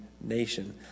nation